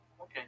Okay